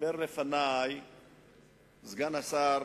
דיבר לפני סגן השר